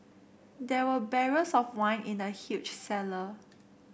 there were barrels of wine in the huge cellar